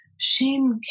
shame